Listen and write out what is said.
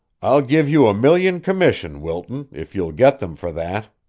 i'll give you a million commission, wilton, if you'll get them for that.